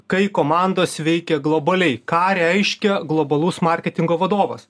kai komandos veikia globaliai ką reiškia globalus marketingo vadovas